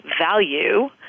value